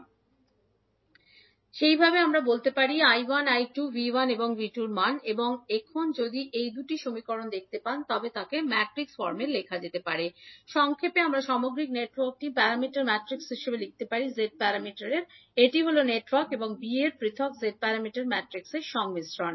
যেহেতু আমরা জানি 𝐈1 𝐈1𝑎 𝐈1𝑏 𝐈2 𝐈2𝑎 𝐈2𝑏 এবং 𝐕1 𝐕1𝒂 𝐕1𝒃 আমরা পেতে 𝐕1 𝐕1𝒂 𝐕1𝒃 𝐳11𝒂 𝐳11𝒃𝐈1 𝐳12𝒂 𝐳12𝒃𝐈2 𝐕2 𝐕2𝒂 𝐕2𝒃 𝐳21𝒂 𝐳21𝒃𝐈1 𝐳22𝒂 𝐳22𝒃𝐈2 এখন আপনি যদি এই 2 টি সমীকরণ দেখতে পান তবে কী লিখতে পারেন বা 𝐳 𝐳𝒂 𝐳𝒃 সংক্ষেপে আমরা সামগ্রিক নেটওয়ার্কের z প্যারামিটার ম্যাট্রিক্স লিখতে পারি এটা হল নেটওয়ার্ক a এবং b এর পৃথক z প্যারামিটার ম্যাট্রিক্সের সংমিশ্রণ